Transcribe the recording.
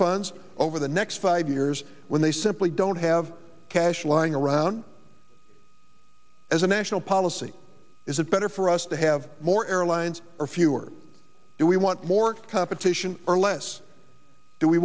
funds over the next five years when they simply don't have cash lying around as a national policy is it better for us to have more airlines or fewer do we want more competition or less do we